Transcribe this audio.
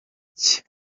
cye